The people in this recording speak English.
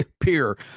appear